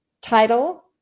title